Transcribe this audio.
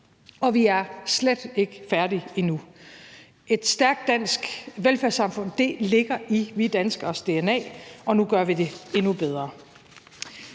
og vi er slet ikke færdige endnu. Et stærkt dansk velfærdssamfund ligger i vi danskeres dna, og nu gør vi det endnu bedre.